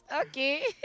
Okay